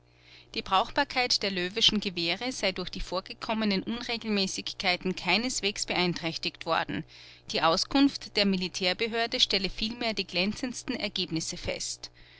die brauchbarkeit der löweschen gewehre sei durch die vorgekommenen unregelmäßigkeiten keineswegs beeinträchtigt worden die auskunft der militärbehörden stelle vielmehr die glänzendsten zendsten ergebnisse fest